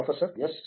professor S